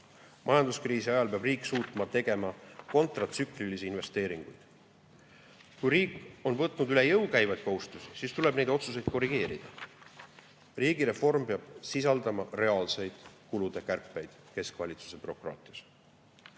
Majanduskriisi ajal peab riik suutma teha kontratsüklilisi investeeringuid. Kui riik on võtnud üle jõu käivaid kohustusi, siis tuleb neid otsuseid korrigeerida. Riigireform peab sisaldama reaalseid kulude kärpeid keskvalitsuse bürokraatias.